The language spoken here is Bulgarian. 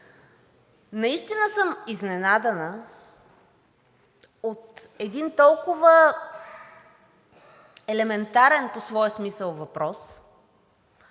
Наистина съм изненадана от един толкова елементарен по своя смисъл въпрос,